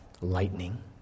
lightning